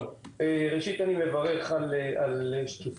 ראשית, אני מברך על שקיפות.